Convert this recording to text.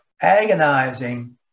agonizing